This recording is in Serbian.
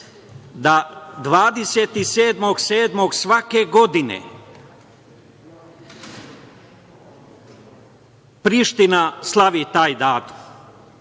da 27. jula svake godine Priština slavi taj datum.